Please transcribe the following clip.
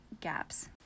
gaps